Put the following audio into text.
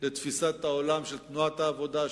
לתפיסת העולם של תנועת העבודה,